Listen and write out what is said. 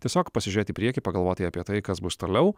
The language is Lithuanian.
tiesiog pasižiūrėt į priekį pagalvoti apie tai kas bus toliau